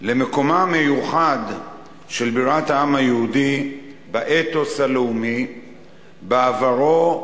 למקומה המיוחד של בירת העם היהודי באתוס הלאומי בעברו,